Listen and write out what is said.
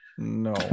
No